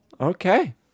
Okay